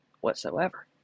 whatsoever